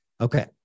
Okay